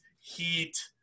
Heat